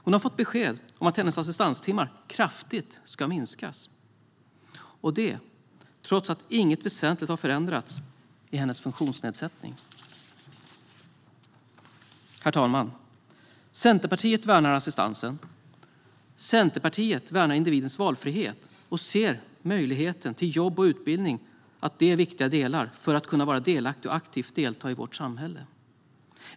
Hon har fått besked om att hennes assistanstimmar kraftigt ska minskas - detta trots att inget väsentligt har förändrats i hennes funktionsnedsättning. Herr talman! Centerpartiet värnar assistansen. Centerpartiet värnar individens valfrihet och ser att möjligheten till jobb och utbildning är viktiga delar för att kunna vara delaktig och aktivt delta i vårt samhälle.